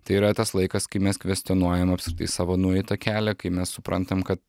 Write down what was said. tai yra tas laikas kai mes kvestionuojam apskritai savo nueitą kelią kai mes suprantam kad